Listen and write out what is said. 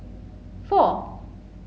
four